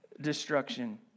destruction